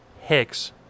Hicks